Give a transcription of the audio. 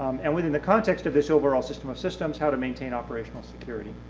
um and within the context of this overall system of systems, how to maintain operational security.